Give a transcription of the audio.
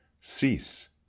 cease